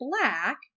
black